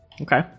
Okay